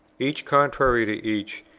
each contrary to each,